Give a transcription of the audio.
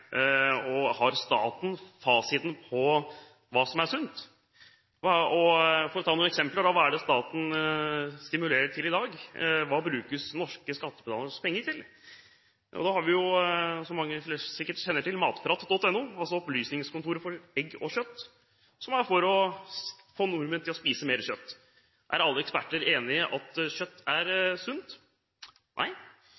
uenige. Har staten fasiten på hva som er sunt? Jeg vil nevne noen eksempler på hva staten stimulerer til i dag – hva brukes norske skattebetaleres penger til? Vi har jo, som mange sikkert kjenner til, matprat.no – Opplysningskontoret for egg og kjøtt, som er til for å få nordmenn til å spise mer kjøtt. Er alle eksperter enig i at kjøtt er